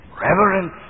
Reverence